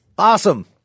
Awesome